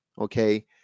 okay